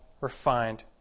refined